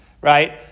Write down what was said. Right